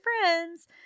friends